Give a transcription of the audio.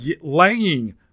laying